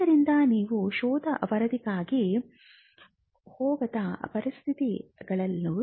ಆದ್ದರಿಂದ ನೀವು ಶೋಧ ವರದಿಗಾಗಿ ಹೋಗದ ಪರಿಸ್ಥಿತಿಗಳು ಇವು